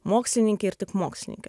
mokslininkė ir tik mokslininkė